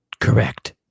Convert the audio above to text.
Correct